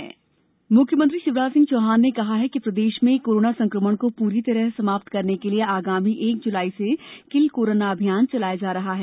किल corona मुख्यमंत्री शिवराज सिंह चौहान ने कहा है कि प्रदेश में कोरोना संक्रमण को पूरी तरह समाप्त करने के लिए आगामी एक जुलाई से किल कोरोना अभियान चलाया जा रहा है